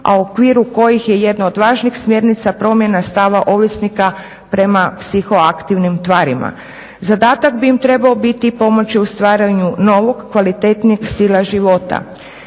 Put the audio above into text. u okviru kojih je jedno od važnih smjernica promjena stava ovisnika prema psihoaktivnim tvarima. Zadatak bi im trebao biti pomoći u stvaranju novog, kvalitetnijeg stila života.